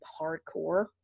hardcore